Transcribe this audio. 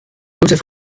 joseph